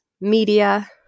media